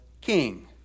king